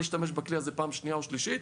אני אשתמש בכלי הזה פעם שנייה ושלישית?